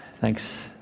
Thanks